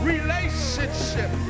Relationship